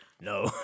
No